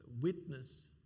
witness